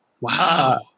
Wow